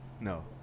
No